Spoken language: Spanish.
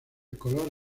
color